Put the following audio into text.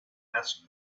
asked